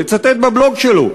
לצטט בבלוג שלו,